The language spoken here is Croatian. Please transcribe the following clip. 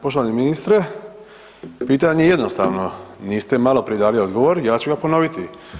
Poštovani ministre, pitanje je jednostavno, niste maloprije dali odgovor, ja ću ga ponoviti.